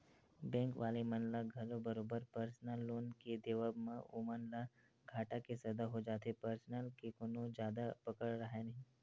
bank वाले मन ल घलो बरोबर परसनल लोन के देवब म ओमन ल घाटा के सौदा हो जाथे परसनल के कोनो जादा पकड़ राहय नइ